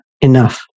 enough